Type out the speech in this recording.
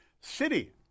city